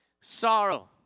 sorrow